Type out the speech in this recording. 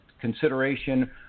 consideration